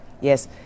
Yes